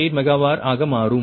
8 mega var ஆக மாறும்